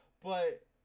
But-